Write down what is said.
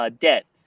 debt